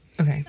okay